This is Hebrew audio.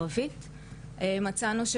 אבל למשל לא מדווחים להורים,